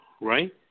right